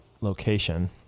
location